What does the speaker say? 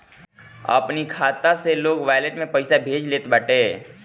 अपनी खाता से लोग वालेट में पईसा भेज लेत बाटे